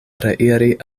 reiri